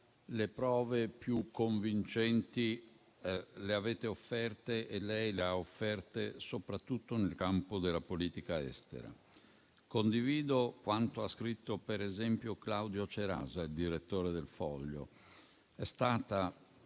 le prove più convincenti le avete offerte - e lei le ha offerte - soprattutto nel campo della politica estera. Condivido quanto ha scritto, per esempio, Claudio Cerasa, il direttore de «Il Foglio». È stata